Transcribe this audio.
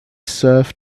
serve